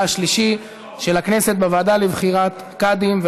השלישי של הכנסת בוועדה לבחירת קאדים.